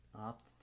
opt